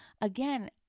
Again